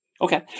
Okay